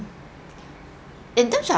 in terms of